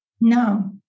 no